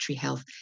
Health